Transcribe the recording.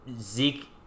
zeke